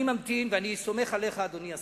אני ממתין, ואני סומך עליך, אדוני השר,